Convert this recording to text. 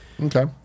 Okay